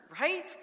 right